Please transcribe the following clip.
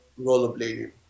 rollerblading